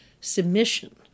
submission